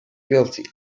guilty